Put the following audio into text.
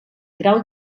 grau